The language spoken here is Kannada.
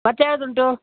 ಮತ್ತು ಯಾವ್ದು ಉಂಟು